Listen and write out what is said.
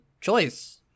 choice